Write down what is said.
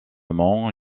mont